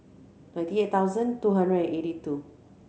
ninety eight thousand two hundred and eighty two